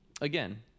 again